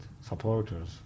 supporters